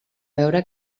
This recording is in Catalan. veure